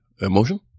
emotion